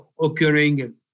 occurring